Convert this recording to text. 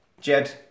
Jed